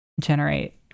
generate